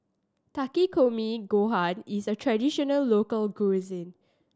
Takikomi Gohan is a traditional local cuisine